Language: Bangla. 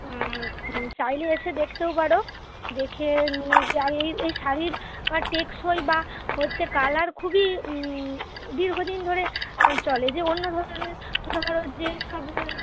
চাইলে এসে দেখতেও পারো দেখে নিয়ে গিয়ে আর এই এই শাড়ির টেকসই বা হচ্চে কালার খুবই দীর্ঘ দিন ধরে চলে যে অন্য ধরনের মনে করো যে সবে